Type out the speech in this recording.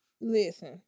Listen